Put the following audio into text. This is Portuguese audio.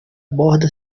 borda